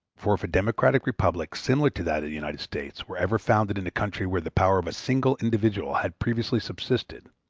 for if a democratic republic similar to that of the united states were ever founded in a country where the power of a single individual had previously subsisted,